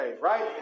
right